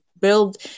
build